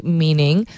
meaning